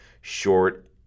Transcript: Short